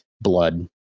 blood